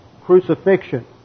crucifixion